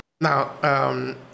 Now